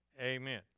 amen